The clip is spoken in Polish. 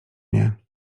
nie